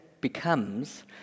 becomes